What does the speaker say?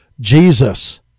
Jesus